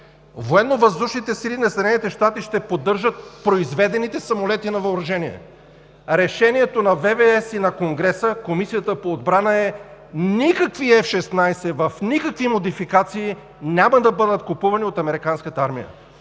Военновъздушните сили на Съединените щати ще поддържат произведените самолети на въоръжение. Решението на Военновъздушните сили, на Конгреса и Комисията по отбрана е никакви F-16, в никакви модификации, няма да бъдат купувани от американската армия.